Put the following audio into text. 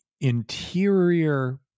interior